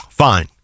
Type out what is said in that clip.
fine